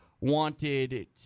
wanted